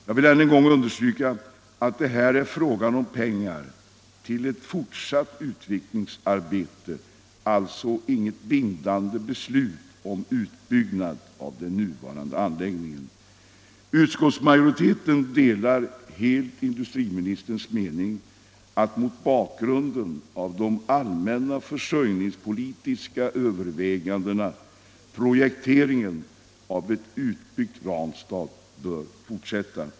Jag vill än en gång understryka att det här är fråga om pengar till ett fortsatt utvecklingsarbete, alltså inget bindande beslut om utbyggnad av den nuvarande anläggningen. Utskottsmajoriteten delar industriministerns mening att mot bakgrund av de allmänna försörjningspolitiska övervägandena projekteringen av ett utbyggt Ranstad bör fortsätta.